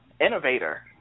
innovator